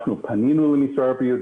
אנחנו פנינו למשרד הבריאות,